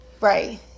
Right